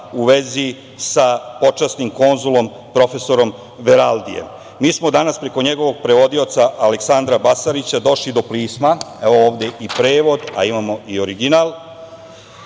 u vezi sa počasnim konzulom, profesorom Veraldijem. Mi smo danas preko njegovog prevodioca Aleksandra Basarića došli do pisma, evo ovde i prevod, a imamo i original,